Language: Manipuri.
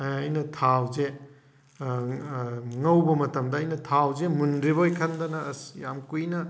ꯊꯥꯎꯁꯦ ꯉꯧꯕ ꯃꯇꯝꯗ ꯑꯩꯅ ꯊꯥꯎꯁꯦ ꯃꯨꯟꯗ꯭ꯔꯤꯕꯣꯏ ꯈꯟꯗꯅ ꯑꯁ ꯌꯥꯝ ꯀꯨꯏꯅ